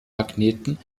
magneten